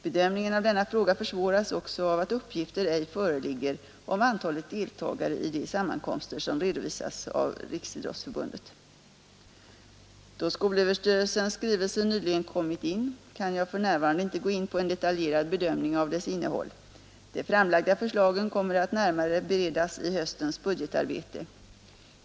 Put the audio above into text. Bedömningen av denna fråga försvåras också av att uppgifter ej föreligger om antalet deltagare i de sammankomster som redovisats av Riksidrottsförbundet. Då skolöverstyrelsens skrivelse nyligen kommit in kan jag för närvarande inte gå in på en detaljerad bedömning av dess innehåll. De framlagda förslagen kommer att närmare beredas i höstens budgetarbete.